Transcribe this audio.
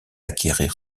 acquérir